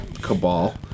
Cabal